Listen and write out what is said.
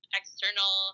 external